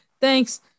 Thanks